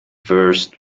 first